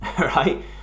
right